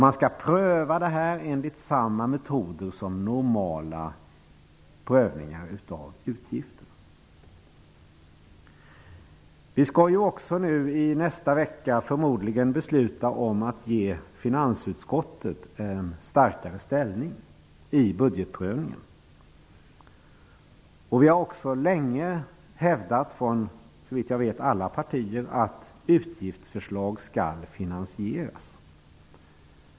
De skall prövas enligt samma metoder som normala prövningar av utgifter prövas. Vi skall i nästa vecka förmodligen besluta om att ge finansutskottet en starkare ställning i budgetprövningen. Såvitt jag vet har man också från alla partier länge hävdat att utgiftsförslag skall finansieras.